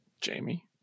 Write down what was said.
Jamie